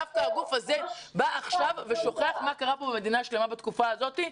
דווקא הגוף הזה בא עכשיו ושוכח מה קרה פה במדינה שלמה בתקופה הזאת.